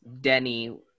Denny